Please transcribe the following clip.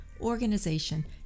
organization